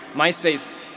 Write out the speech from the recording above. myspace